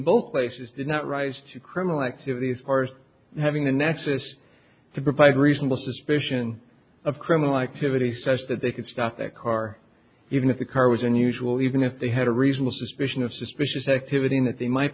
both places did not rise to criminal activities far as having a nexus to provide reasonable suspicion of criminal activity such that they could stop their car even if the car was unusual even if they had a reasonable suspicion of suspicious activity in that they might